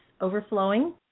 overflowing